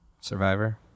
Survivor